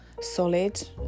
solid